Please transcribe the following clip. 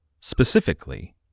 Specifically